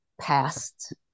past